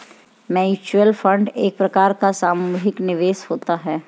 mutual fund एक प्रकार का सामुहिक निवेश होता है